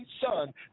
son